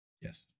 Yes